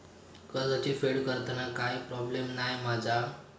कर्जाची फेड करताना काय प्रोब्लेम नाय मा जा?